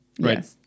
Right